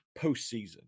POSTSEASON